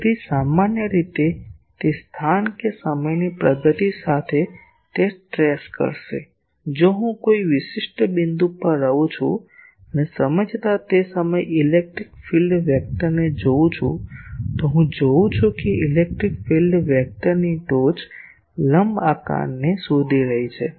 તેથી સામાન્ય રીતે તે સ્થાન કે સમયની પ્રગતિ સાથે તે ટ્રેસ કરશે જો હું કોઈ વિશિષ્ટ બિંદુ પર રહું છું અને સમય જતાં તે સમયે ઇલેક્ટ્રિક ફીલ્ડ સદિશને જોઉં છું તો હું જોઉં છું કે ઇલેક્ટ્રિક ફીલ્ડ સદિશની ટોચ લંબઆકારને શોધી રહી છે